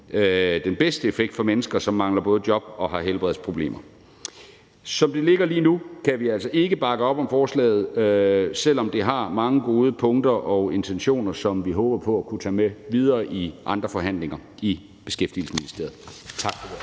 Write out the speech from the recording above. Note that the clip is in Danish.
den bedste effekt for mennesker, som både mangler job og har helbredsproblemer. Som det ligger lige nu, kan vi altså ikke bakke op om forslaget, selv om det har mange gode punkter og intentioner, som vi håber på at kunne tage med videre i andre forhandlinger i Beskæftigelsesministeriet. Tak for ordet.